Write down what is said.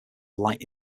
light